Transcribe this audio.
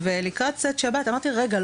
לקראת צאת שבת אמרתי רגע,